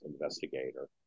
investigator